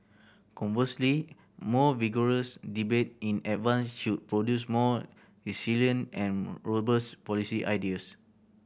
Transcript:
conversely more vigorous debate in advance should produce more resilient and robust policy ideas